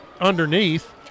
underneath